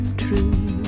true